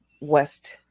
west